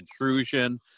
intrusion